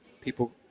people